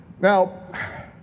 Now